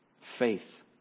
faith